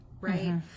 right